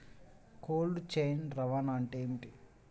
Cold chain రవాణా అంటే ఏమిటీ?